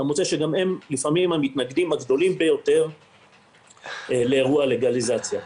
אתה מוצא שהם לפעמים המתנגדים הגדולים ביותר לאירוע הלגליזציה.